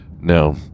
now